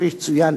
כפי שצוין,